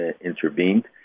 intervened